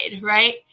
right